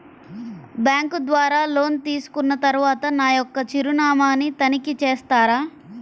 Bank ద్వారా loan తీసుకున్న తరువాత నా యొక్క చిరునామాని తనిఖీ చేస్తారా?